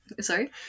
Sorry